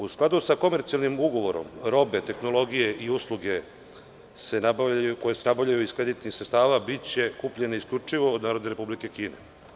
U skladu sa komercijalnim ugovorom, robe, tehnologije i usluge koje se nabavljaju iz kreditnih sredstava biće kupljene isključivo od Narodne Republike Kine.